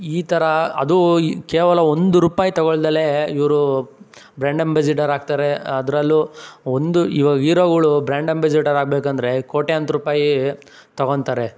ಈ ಥರ ಅದು ಈ ಕೇವಲ ಒಂದು ರೂಪಾಯಿ ತಗೊಳ್ದೆಲೇ ಇವರು ಬ್ರ್ಯಾಂಡ್ ಅಂಬಾಸಿಡರ್ ಆಗ್ತಾರೆ ಅದರಲ್ಲೂ ಒಂದು ಇವಾ ಈರೋಗಳು ಬ್ರ್ಯಾಂಡ್ ಅಂಬಾಸಿಡರ್ ಆಗ್ಬೇಕೆಂದರೆ ಕೋಟ್ಯಾಂತ್ರ ರೂಪಾಯಿ ತಗೋತಾರೆ